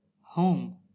Home